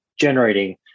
generating